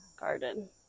garden